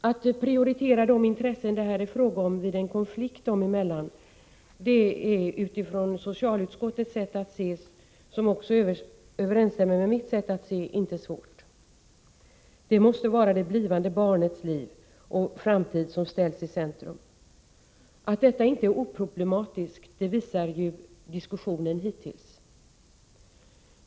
Att prioritera de intressen det här är fråga om vid en konflikt dem emellan är utifrån socialutskottets sätt att se — vilket överensstämmer med mitt sätt att se — inte svårt. Det måste vara det blivande barnets liv och framtid som ställs i centrum. Att detta inte är oproblematiskt visar diskussionen hittills.